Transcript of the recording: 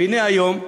והנה היום,